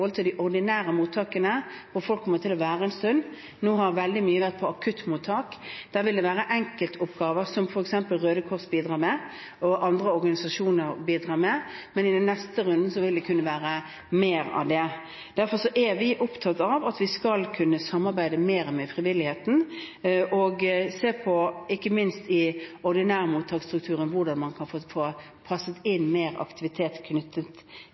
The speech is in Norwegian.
de ordinære mottakene, hvor folk kommer til å være en stund. Nå har veldig mye vært i akuttmottak. Der vil det være enkeltoppgaver som f.eks. Røde Kors og andre organisasjoner bidrar med, men i den neste runden vil det kunne være mer av dette. Derfor er vi opptatt av at vi skal kunne samarbeide mer med frivilligheten, og se på hvordan man ikke minst i den ordinære mottaksstrukturen kan få passet inn mer aktivitet knyttet